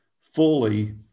fully